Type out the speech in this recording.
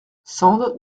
sand